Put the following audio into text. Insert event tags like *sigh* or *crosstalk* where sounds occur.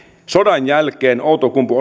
sodan jälkeen outokumpu *unintelligible*